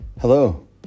Hello